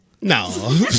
No